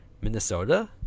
Minnesota